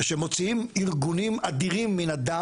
שמוציאים ארגונים אדירים מן הדת.